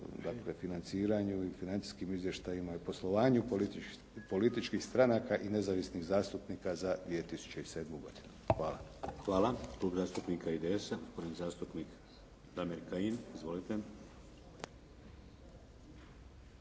i financijskim izvještajima i poslovanju političkih stranaka i nezavisnih zastupnika za 2007. godinu. Hvala. **Šeks, Vladimir (HDZ)** Hvala. Klub zastupnika IDS-a, gospodin zastupnik Damir Kajin. Izvolite.